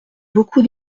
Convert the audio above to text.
beaucoup